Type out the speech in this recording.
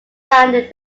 founded